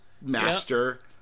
master